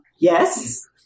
Yes